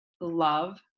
love